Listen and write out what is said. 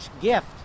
gift